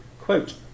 quote